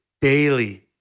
daily